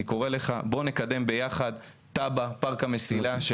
אני קורא לך בוא נקדם ביחד תב"ע פארק המסילה,